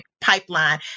pipeline